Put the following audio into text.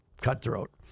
cutthroat